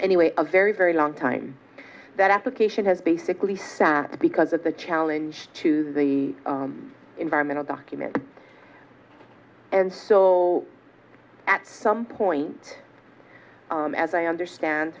anyway a very very long time that application has basically because it's a challenge to the environmental document and so at some point as i understand